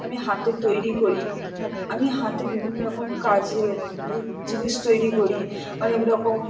আমি হাতে তৈরি করি আমি হাতে বিভিন্ন রকম কাজের জিনিস তৈরি করি অনেক রকম